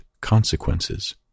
consequences